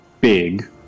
big